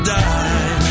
die